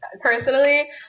personally